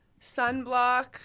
sunblock